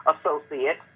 associate